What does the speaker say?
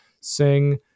sing